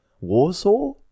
Warsaw